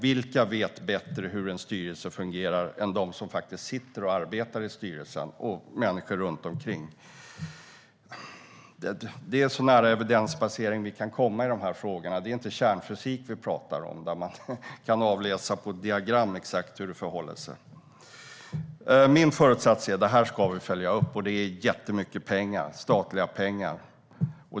Vilka vet bättre hur en styrelse fungerar än de som faktiskt sitter och arbetar i styrelsen och människor runt omkring? Det är så nära evidensbasering vi kan komma i de frågorna. Det är inte kärnfysik vi talar om där man kan avläsa på ett diagram exakt hur det förhåller sig. Min föresats är att vi ska följa upp detta. Det är jättemycket statliga pengar.